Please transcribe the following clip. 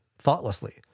thoughtlessly